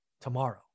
tomorrow